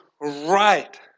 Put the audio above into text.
right